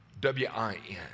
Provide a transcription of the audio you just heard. W-I-N